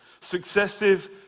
successive